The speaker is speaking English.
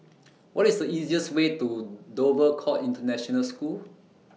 What IS The easiest Way to Dover Court International School